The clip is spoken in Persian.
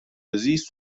زیست